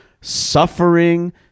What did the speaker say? suffering